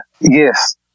Yes